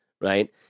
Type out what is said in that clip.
right